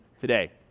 today